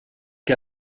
que